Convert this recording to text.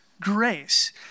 grace